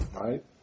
right